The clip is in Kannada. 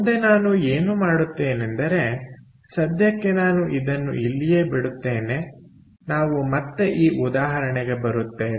ಮುಂದೆ ನಾನು ಏನು ಮಾಡುತ್ತೇನೆಂದರೆ ಸದ್ಯಕ್ಕೆ ನಾನು ಇದನ್ನು ಇಲ್ಲಿಯೇ ಬಿಡುತ್ತೇನೆ ನಾವು ಮತ್ತೆ ಈ ಉದಾಹರಣೆಗೆ ಬರುತ್ತೇವೆ